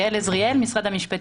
אני גאל אזריאל, משרד המשפטים.